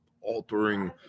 altering